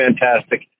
fantastic